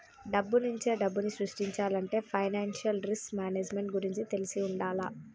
డబ్బునుంచే డబ్బుని సృష్టించాలంటే ఫైనాన్షియల్ రిస్క్ మేనేజ్మెంట్ గురించి తెలిసి వుండాల